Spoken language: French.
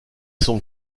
sont